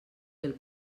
del